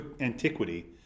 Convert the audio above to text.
antiquity